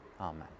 Amen